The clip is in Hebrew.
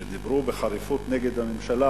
שדיברו בחריפות נגד הממשלה,